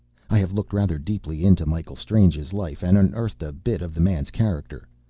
i have looked rather deeply into michael strange's life, and unearthed a bit of the man's character.